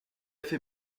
fait